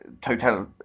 total